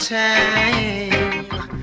time